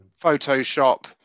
Photoshop